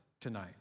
tonight